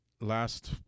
last